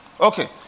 Okay